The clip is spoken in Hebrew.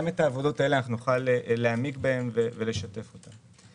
גם בעבודות האלה נוכל להעמיק ולשתף אותן.